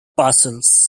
parcels